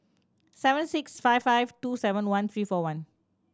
seven six five five two seven one three four one